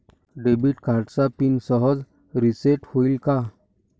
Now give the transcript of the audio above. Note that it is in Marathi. डेबिट कार्डचा पिन सहज रिसेट होईल का?